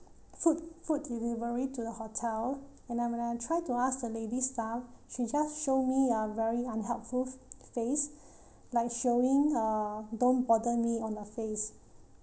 to the hotel and when I try to ask the lady staff she just show me a very unhelpful face like showing uh don't bother me on her face